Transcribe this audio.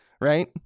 Right